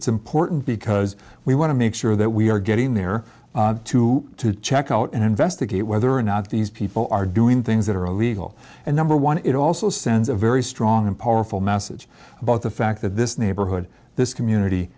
it's important because we want to make sure that we are getting there to to check out and investigate whether or not these people are doing things that are illegal and number one it also sends a very strong and powerful message about the fact that this neighborhood this community